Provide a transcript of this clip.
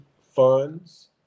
funds